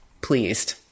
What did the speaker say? pleased